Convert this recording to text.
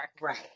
right